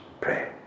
pray